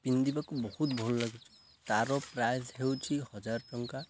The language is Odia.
ପିନ୍ଧିବାକୁ ବହୁତ ଭଲ ଲାଗୁଛି ତାର ପ୍ରାଇସ୍ ହେଉଛି ହଜାର ଟଙ୍କା